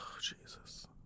Jesus